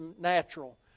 natural